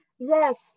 Yes